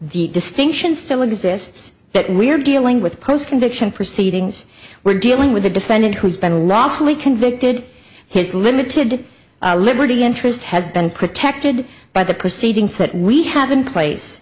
the distinction still exists that we are dealing with post conviction proceedings we're dealing with a defendant who's been lawful he convicted his limited liberty interest has been protected by the proceedings that we have in place